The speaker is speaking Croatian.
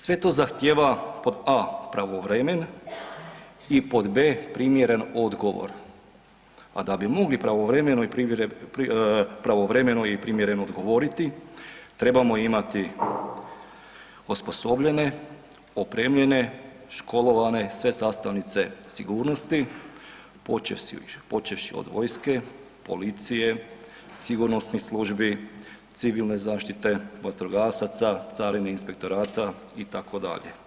Sve to zahtjeva pod a) pravovremeno i pod b) primjeren odgovor, a da bi mogli pravovremeno i primjereno odgovoriti trebamo imati osposobljene, opremljene, školovane sve sastavnice sigurnosti počevši od vojske, policije, sigurnosnih službi, civilne zaštite, vatrogasaca, carine, inspektorata itd.